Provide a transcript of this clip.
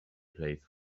place